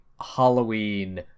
Halloween